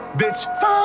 bitch